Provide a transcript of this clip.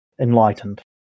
enlightened